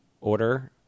order